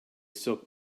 silk